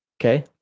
Okay